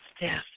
Yes